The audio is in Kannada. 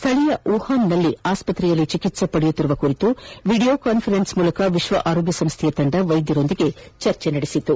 ಸ್ವಳೀಯ ವುಹಾನ್ನಲ್ಲಿ ಆಸ್ವತ್ರೆಯಲ್ಲಿ ಚಿಕಿಕ್ಸೆ ಪಡೆಯುತ್ತಿರುವ ಕುರಿತು ವಿಡಿಯೋ ಕಾನ್ವರೆನ್ಸ್ ಮೂಲಕ ವಿಶ್ವ ಆರೋಗ್ಯ ಸಂಸ್ಟೆಯ ತಂಡ ವೈದ್ಧರೊಂದಿಗೆ ಚರ್ಚೆ ನಡೆಸಿತು